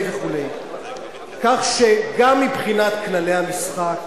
כך שגם מבחינת כללי המשחק